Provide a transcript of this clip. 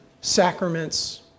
sacraments